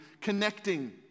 connecting